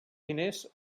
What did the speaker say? diners